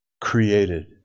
created